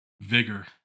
Vigor